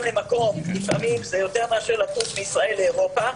למקום לפעמים זה יותר מאשר לטוס מישראל לאירופה.